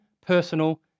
personal